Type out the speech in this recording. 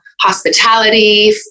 hospitality